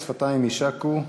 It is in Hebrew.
שפתיים יישקו.